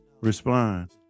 respond